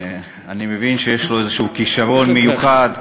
אני מבין שיש לו איזשהו כישרון מיוחד.